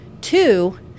Two